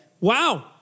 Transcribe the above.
Wow